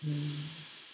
mm